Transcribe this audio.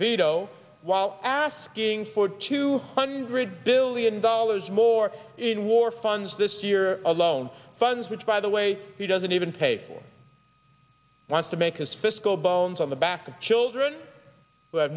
veto while asking for two hundred billion dollars more in war funds this year alone funds which by the way he doesn't even pay for wants to make his fiscal bones on the back of children